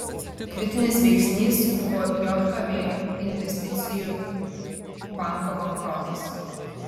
kritinis veiksnys buvo jav investicijų banko bankrotas